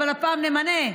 אבל הפעם נמנה,